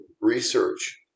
research